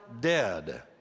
dead